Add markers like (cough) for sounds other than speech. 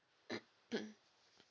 (coughs)